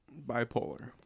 bipolar